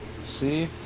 See